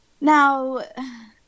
Now